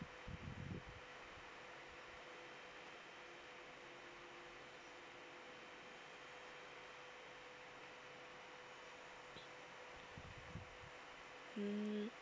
mm